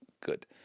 good